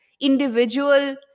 individual